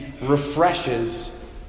refreshes